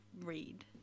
read